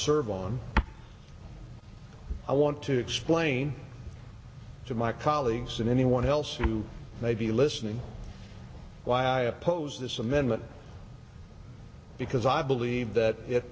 serve on i want to explain to my colleagues and anyone else who may be listening why i oppose this amendment because i believe that